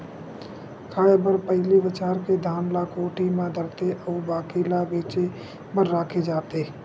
खाए बर पहिली बछार के धान ल कोठी म धरथे अउ बाकी ल बेचे बर राखे जाथे